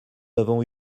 avons